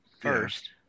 first